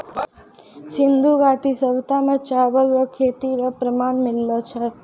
सिन्धु घाटी सभ्यता मे चावल रो खेती रो प्रमाण मिललो छै